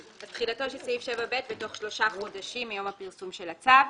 תחילתו של סעיף 7(ב) בתוך שלושה חודשים מיום הפרסום של הצו.